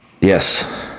yes